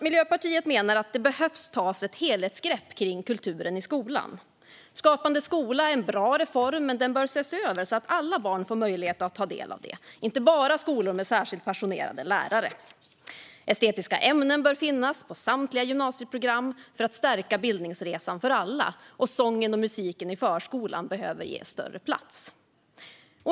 Miljöpartiet menar att det behöver tas ett helhetsgrepp kring kulturen i skolan. Skapande skola är en bra reform, men den bör ses över så att alla barn får möjlighet att ta del av det och inte bara skolor med särskilt passionerade lärare. Estetiska ämnen bör finnas på samtliga gymnasieprogram för att stärka bildningsresan för alla. Sången och musiken i förskolan behöver ges större plats.